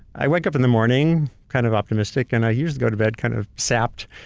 i wake up in the morning kind of optimistic, and i usually go to bed kind of sapped,